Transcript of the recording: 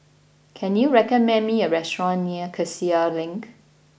can you recommend me a restaurant near Cassia Link